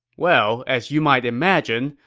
well, as you might imagine,